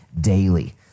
daily